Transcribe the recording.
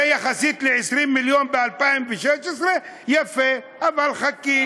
זה יחסית ל-20 מיליון ב-2016, יפה, אבל חכי.